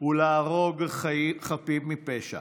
ולהרוג חפים מפשע